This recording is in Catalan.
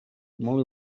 molt